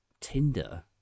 Tinder